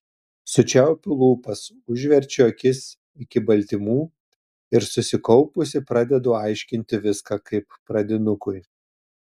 sučiaupiu lūpas užverčiu akis iki baltymų ir susikaupusi pradedu aiškinti viską kaip pradinukui